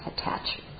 attachment